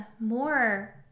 more